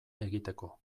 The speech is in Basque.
egiteko